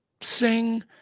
sing